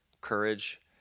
courage